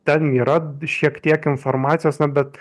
ten yra šiek tiek informacijos na bet